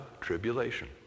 tribulation